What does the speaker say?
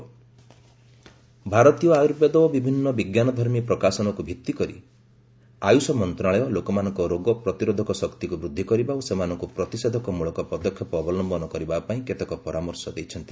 corona ଆର୍ୟବେଦ ଭାରତୀୟ ଆର୍ୟୁବେଦ ଓ ବିଭିନ୍ନ ବିଜ୍ଞାନଧର୍ମୀ ପ୍ରକାଶନକୁ ଭିତ୍ତି କରି ଆୟୁଷ ମନ୍ତ୍ରଣାଳୟ ଲୋକମାନଙ୍କ ରୋଗ ପ୍ରତିରୋଧକ ଶକ୍ତିକୁ ବୃଦ୍ଧି କରିବା ଓ ସେମାନଙ୍କୁ ପ୍ରତିଷେଧକ ମୂଳକ ପଦକ୍ଷେପ ଅବଲମ୍ଭନ କରିବା ପାଇଁ କେତେକ ପରାମର୍ଶ ଦେଇଛନ୍ତି